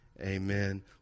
Amen